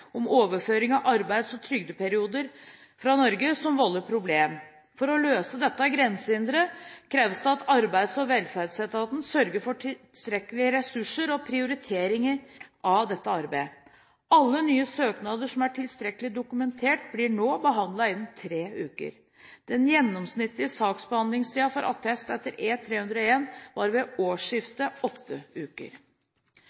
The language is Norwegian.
trygdeperioder fra Norge, som volder problemer. For å løse dette grensehindret kreves det at arbeids- og velferdsetaten sørger for tilstrekkelige ressurser og prioritering av dette arbeidet. Alle nye søknader som er tilstrekkelig dokumentert, blir nå behandlet innen tre uker. Den gjennomsnittlige saksbehandlingstiden for attest E-301 var ved årsskiftet åtte uker. Blant de grensehindrene som omtales i rapporten, og